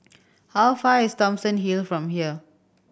how far is Thomson Hill from here